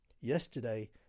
Yesterday